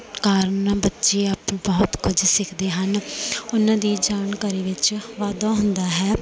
ਕਾਰਨ ਬੱਚੇ ਆਪੇ ਬਹੁਤ ਕੁਛ ਸਿੱਖਦੇ ਹਨ ਉਨ੍ਹਾਂ ਦੀ ਜਾਣਕਾਰੀ ਵਿੱਚ ਵਾਧਾ ਹੁੰਦਾ ਹੈ